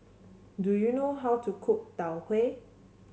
do you know how to cook Tau Huay